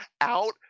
out